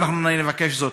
ואנחנו נבקש זאת.